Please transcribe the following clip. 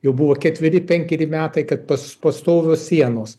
jau buvo ketveri penkeri metai kad pas pastovios sienos